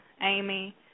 Amy